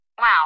Wow